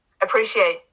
Appreciate